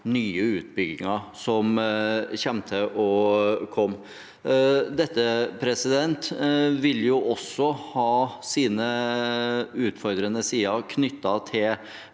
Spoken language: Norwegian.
nye utbygginger som kommer til å komme. Dette vil også ha sine utfordrende sider knyttet til